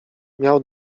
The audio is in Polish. miał